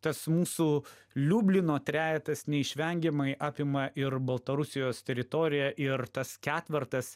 tas mūsų liublino trejetas neišvengiamai apima ir baltarusijos teritoriją ir tas ketvertas